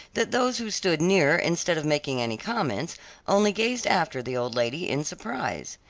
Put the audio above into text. that those who stood near instead of making any comments only gazed after the old lady in surprise.